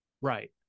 right